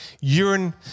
urine